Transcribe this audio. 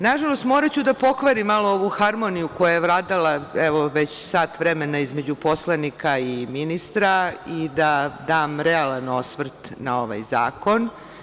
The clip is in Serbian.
Nažalost, moraću da pokvarim malo ovu harmoniju koja je vladala evo već sat vremena između poslanika i ministra i da dam realan osvrt na ovaj zakon.